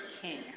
king